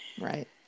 Right